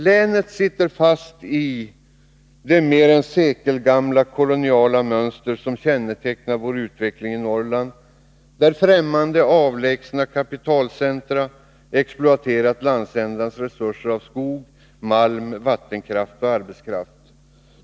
Länet sitter fast i det mer än sekelgamla koloniala mönster som kännetecknar utvecklingen i Norrland, där fftämmande avlägsna kapitalcentra exploaterat landsändans resurser av skog, malm, vattenkraft och arbetskraft.